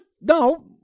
no